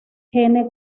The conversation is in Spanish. gene